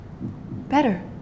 Better